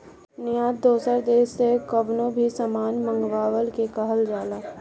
निर्यात दूसरा देस से कवनो भी सामान मंगवला के कहल जाला